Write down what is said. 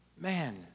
Man